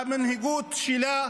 מהמנהיגות שלה.